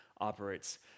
operates